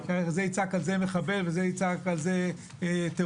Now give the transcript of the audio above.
זה יצעק על זה מחבל וזה יצעק על זה טרוריסט.